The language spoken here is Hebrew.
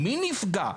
מי נפגע?